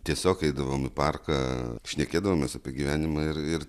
tiesiog eidavom į parką šnekėdavomės apie gyvenimą ir ir